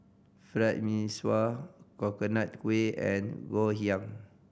Fried Mee Sua Coconut Kuih and Ngoh Hiang